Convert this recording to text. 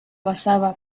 basaba